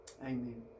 amen